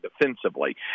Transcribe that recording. defensively